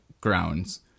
grounds